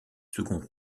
seconds